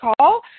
call